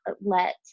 let